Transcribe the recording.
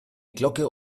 glocke